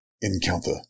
encounter